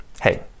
hey